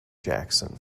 jackson